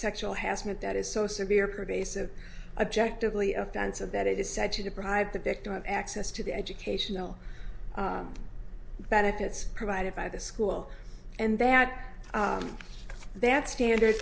sexual harassment that is so severe pervasive objective only offensive that it is said to deprive the victim of access to the educational benefits provided by the school and that that standard